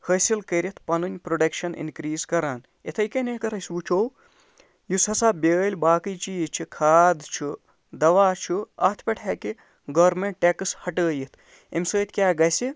حٲصِل کٔرِتھ پَنٕنۍ پرٛوڈَکشَن اِنکریٖز کران یِتھٔے کٔنۍ اَگر أسۍ وُچھو یُس ہسا بِیٛٲلۍ باقٕے چیٖز چھِ کھاد چھِ دوا چھُ اَتھ پٮ۪ٹھ ہیٚکہِ گورمیٚنٛٹ ٹیٚکٕس ہَٹٲیِتھ اَمہِ سۭتۍ کیٛاہ گژھہِ